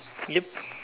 yup